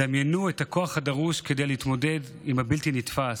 דמיינו את הכוח הדרוש כדי להתמודד עם הבלתי-נתפס,